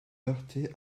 heurter